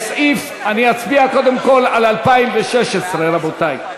קודם כול, על 2016, רבותי.